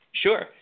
Sure